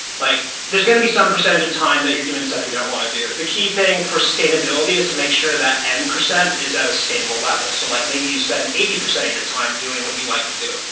like there's going to be some percentage of time that you're doing stuff you don't want to do. the key thing for sustainability is to make sure that n is at a sustainable level. so like maybe you spend eighty percent of your time doing what you like to do,